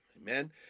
Amen